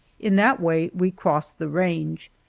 in that way we crossed the range.